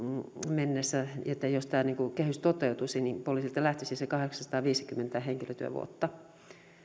mennessä jos tämä kehys toteutuisi poliisilta lähtisi se kahdeksansataaviisikymmentä henkilötyövuotta